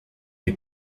est